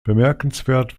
bemerkenswert